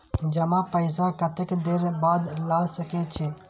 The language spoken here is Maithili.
जमा पैसा कतेक देर बाद ला सके छी?